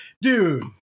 dude